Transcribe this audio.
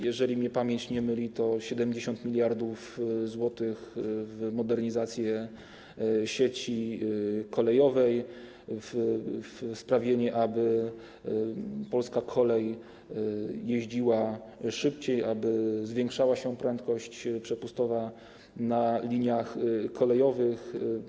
Jeżeli mnie pamięć nie myli, to 70 mld zł na modernizację sieci kolejowej, sprawienie, aby polska kolej jeździła szybciej, aby zwiększała się prędkość przepustowa na liniach kolejowych.